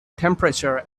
temperature